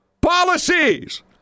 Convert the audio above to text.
policies